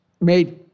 made